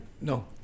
No